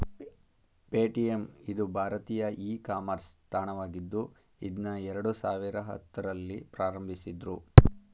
Paytm ಇದು ಭಾರತೀಯ e commerce ತಾಣವಾಗಿದ್ದು ಇದ್ನಾ ಎರಡು ಸಾವಿರದ ಹತ್ತುರಲ್ಲಿ ಪ್ರಾರಂಭಿಸಿದ್ದ್ರು